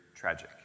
tragic